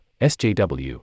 SJW